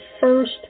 first